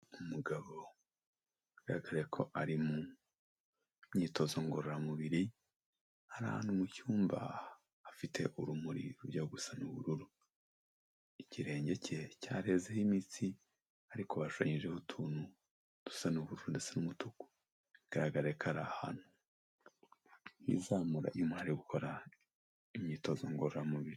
Umugabo bigaraga ko ari mu myitozo ngororamubiri, ari ahantu mu cyumba hafite urumuri rujya gusa n'ubururu, ikirenge cye cyarezeho imitsi ariko bashushanyije utuntu dusa n'ubururu ndetse n'umutuku, bigaragare ko ari ahantu hizamura iyo umuntu ari gukora imyitozo ngororamubiri.